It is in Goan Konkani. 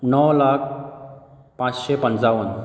णव लाख पांचशें पंचावन